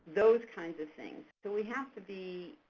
those kinds of things, so we have to be.